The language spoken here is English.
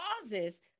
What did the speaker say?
causes